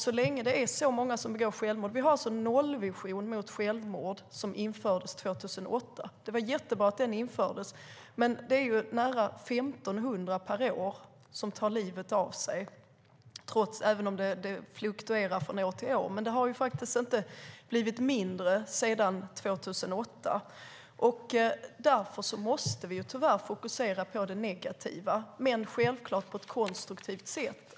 Vi har en nollvision mot självmord som infördes 2008. Det var jättebra att den infördes, men det är ju nära 1 500 per år som tar livet av sig, även om det fluktuerar från år till år. Antalet har dock inte minskat sedan 2008. Därför måste man tyvärr fokusera på det negativa, men självklart på ett konstruktivt sätt.